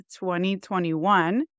2021